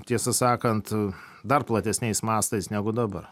tiesą sakant dar platesniais mastais negu dabar